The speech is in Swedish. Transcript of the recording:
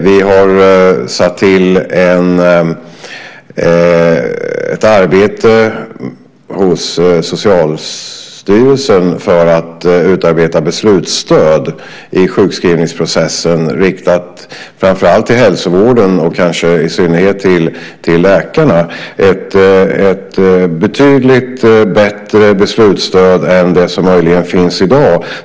Vi har tillsatt ett arbete hos Socialstyrelsen för att utarbeta beslutsstöd i sjukskrivningsprocessen riktat framför allt till hälsovården och kanske i synnerhet till läkarna. Det är ett betydligt bättre beslutsstöd än det som möjligen finns i dag.